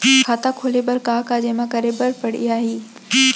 खाता खोले बर का का जेमा करे बर पढ़इया ही?